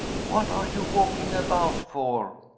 what are you walking about for?